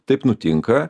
taip nutinka